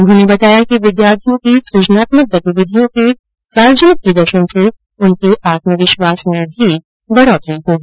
उन्होंने बताया कि विद्यार्थियों की सृजनात्मक गतिविधियों के सार्वजनिक प्रदर्शन से उनके आत्मविश्वास में भी वृद्धि होगी